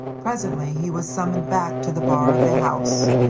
presently he was summoned back to the bar of the house,